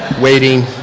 waiting